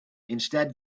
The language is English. instead